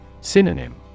Synonym